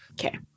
okay